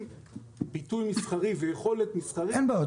עם פיתוי מסחרי ויכולת מסחרית --- אין בעיה.